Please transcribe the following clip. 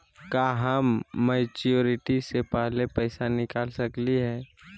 का हम मैच्योरिटी से पहले पैसा निकाल सकली हई?